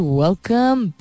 welcome